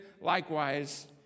likewise